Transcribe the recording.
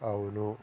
అవును